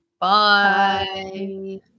Bye